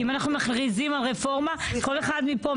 כי אם אנחנו מכריזים על רפורמה כל אחד מפה,